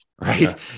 right